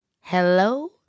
Hello